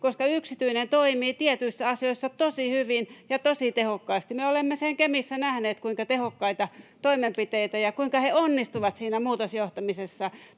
koska yksityinen toimii tietyissä asioissa tosi hyvin ja tosi tehokkaasti. Me olemme Kemissä nähneet tehokkaita toimenpiteitä ja sen, kuinka he onnistuvat siinä muutosjohtamisessa